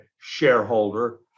Shareholder